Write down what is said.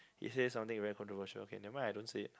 he say something very controversial okay never mind I don't say it